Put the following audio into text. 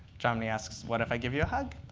jomny asks, what if i give you a hug?